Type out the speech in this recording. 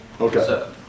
Okay